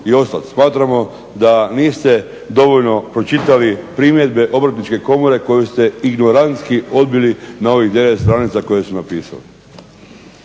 Smatramo da niste dovoljno pročitali primjedbe Obrtničke komore koju ste ignorantski odbili na ovih 9 stranica koje su napisali.